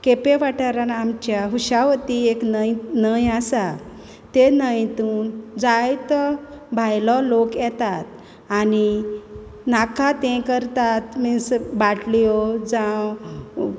केपें वाठारांत आमच्या कुशावती एक न्हंय आसा ते न्हंयेतून जायतो भायलो लोक येतात आनी नाका तें करतात मिन्स बाटल्यो जावं